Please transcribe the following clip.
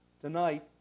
Tonight